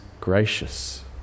gracious